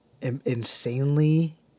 insanely